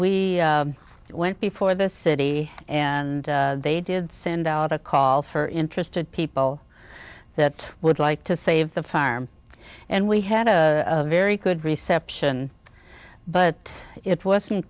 we went before the city and they did send out a call for interested people that would like to save the farm and we had a very good reception but it wasn't